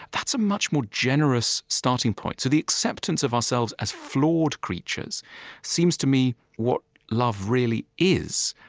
that's a much more generous starting point so, the acceptance of ourselves as flawed creatures seems to me what love really is.